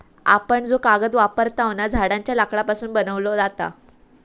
आपण जो कागद वापरतव ना, झाडांच्या लाकडापासून बनवलो जाता